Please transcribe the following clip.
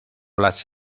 las